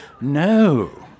No